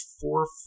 four